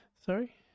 Sorry